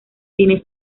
tiene